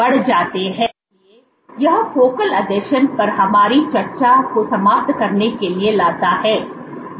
इसलिए यह फोकल आसंजन पर हमारी चर्चा को समाप्त करने के लिए लाता है